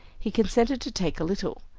he consented to take a little.